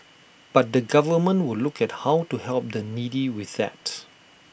but the government will look at how to help the needy with that